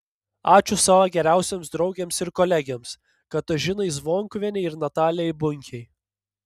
ačiū savo geriausioms draugėms ir kolegėms katažinai zvonkuvienei ir natalijai bunkei